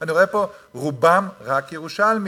אני רואה פה, רובם רק ירושלמים.